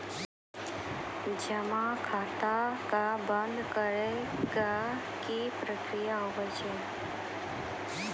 जमा खाता के बंद करे के की प्रक्रिया हाव हाय?